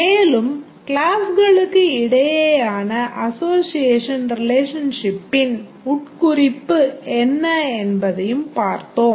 மேலும் கிளாஸ்களுக்கு இடையேயான அசோஷியேஷன் ரிலேஷன்ஷிப்பின் உட்குறிப்பு என்ன என்பதையும் பார்த்தோம்